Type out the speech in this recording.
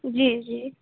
جی جی